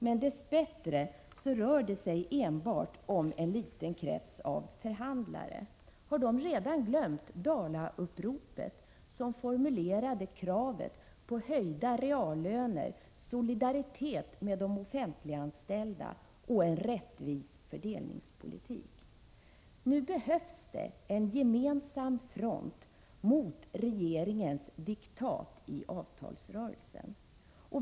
Dess bättre rör det sig enbart om en liten krets av förhandlare. Har de redan glömt bort Dalauppropet, som formulerade kravet på höjda reallöner, solidaritet med de offentliganställda och en rättvis fördelningspolitik? Nu behövs det en gemensam front mot regeringens diktat i avtalsrörelsen.